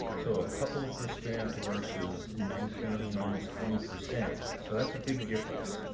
so a couple of percent versus nineteen almost twenty percent. so that's a big difference.